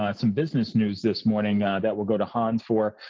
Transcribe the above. ah some business news this morning that we'll go to hans for,